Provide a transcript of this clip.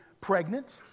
pregnant